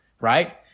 right